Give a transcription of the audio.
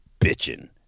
bitching